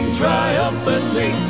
triumphantly